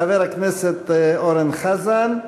חבר הכנסת אורן חזן,